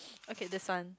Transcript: okay this one